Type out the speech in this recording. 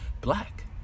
black